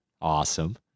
Awesome